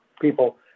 people